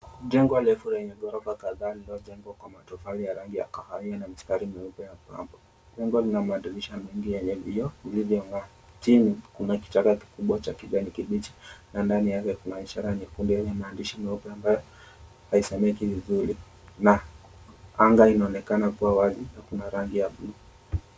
Jengo refu lenye ghorofa kadhaa lililojengwa kwa matofali ya rangi ya kahawia na mistari mieupe ya kamba, nyumba ina madirisha mengi yenye vioo vilivyong'aa, chini kuna kichaka kikubwa cha kijani kibichi na ndani yake kuna ishara yenye maandishi ambayo haisomeki vizuri anga inaonekana kuwa wazi na kuna rangi ya bluu.